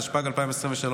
התשפ"ג 2023,